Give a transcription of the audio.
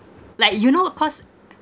like you know cause